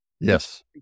Yes